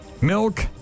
milk